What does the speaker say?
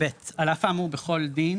על אף האמור בכל דין,